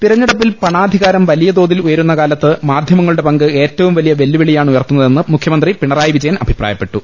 തിരഞ്ഞെടുപ്പിൽ പണാധികാരം വലിയതോതിൽ ഉയരുന്ന കാലത്ത് മാധ്യമങ്ങളുടെ പങ്ക് ഏറ്റവും വലിയ വെല്ലുവിളിയാ ണുയർത്തുന്നതെന്ന് മുഖ്യമന്ത്രി പിണറായി വിജയൻ അഭിപ്രായ പ്പെട്ടു